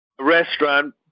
restaurant